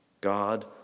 God